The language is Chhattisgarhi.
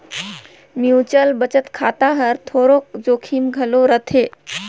म्युचुअल बचत खाता हर थोरोक जोखिम घलो रहथे